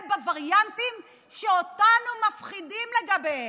בווריאנטים שאותנו מפחידים לגביהם?